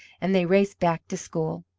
and they raced back to school.